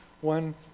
one